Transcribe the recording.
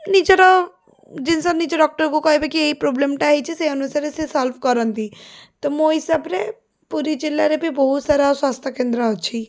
ନିଜର ଜିନିଷ ନିଜ ଡକ୍ଟରକୁ କହିବେ କି ଏଇ ପ୍ରୋବଲେମଟା ହେଇଛି ସେହି ଅନୁସାରେ ସିଏ ସଲ୍ଭ କରନ୍ତି ତ ମୋ ହିସାବରେ ପୁରୀ ଜିଲ୍ଲାରେ ବି ବହୁତ ସାରା ସ୍ୱାସ୍ଥ୍ୟକେନ୍ଦ୍ର ଅଛି